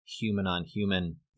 human-on-human